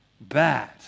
bad